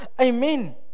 amen